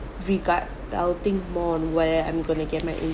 regard more on where I'm gonna get my